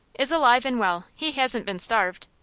is alive and well. he hasn't been starved.